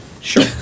Sure